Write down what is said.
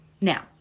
Now